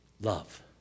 Love